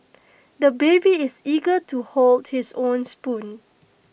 the baby is eager to hold his own spoon